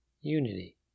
Unity